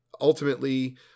Ultimately